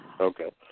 Okay